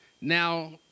Now